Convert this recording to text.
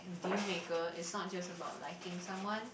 deal maker is not just about liking someone